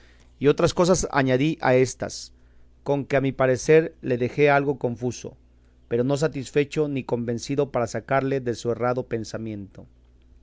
y otras cosas añadí a éstas con que a mi parecer le dejé algo confuso pero no satisfecho ni convencido para sacarle de su errado pensamiento